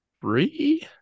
three